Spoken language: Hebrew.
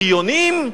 בריונים,